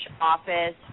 Office